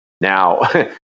now